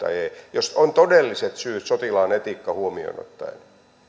jos on todelliset syyt sotilaan etiikka huomioon ottaen